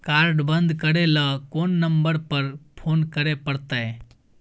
Card बन्द करे ल कोन नंबर पर फोन करे परतै?